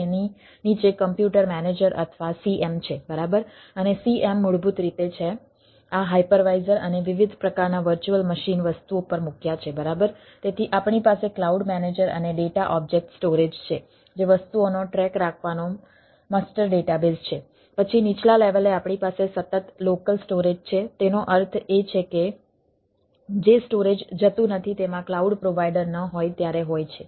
તેનો અર્થ એ છે કે જે સ્ટોરેજ જતું નથી તેમાં ક્લાઉડ પ્રોવાઈડર ન હોય ત્યારે હોય છે